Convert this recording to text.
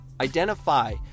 Identify